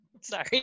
Sorry